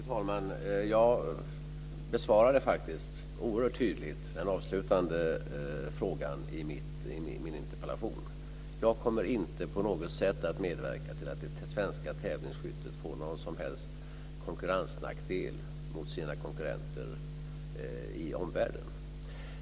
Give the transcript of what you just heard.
Fru talman! Jag besvarade faktiskt oerhört tydligt den avslutande frågan i mitt interpellationssvar. Jag kommer inte på något sätt att medverka till att det svenska tävlingsskyttet får någon som helst konkurrensnackdel i förhållande till sina konkurrenter i omvärlden.